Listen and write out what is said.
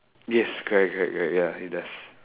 yes correct correct correct ya it does